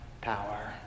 power